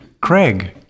Craig